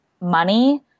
money